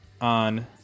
on